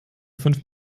fünf